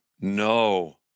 No